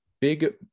big